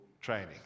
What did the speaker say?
training